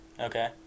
Okay